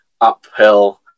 uphill